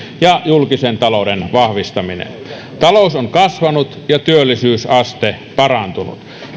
ja julkisen talouden vahvistaminen talous on kasvanut ja työllisyysaste parantunut